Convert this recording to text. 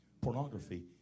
Pornography